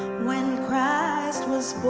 when christ was